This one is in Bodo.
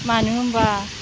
मानो होनबा